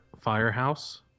Firehouse